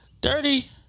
Dirty